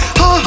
ha